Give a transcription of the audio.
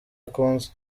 akunze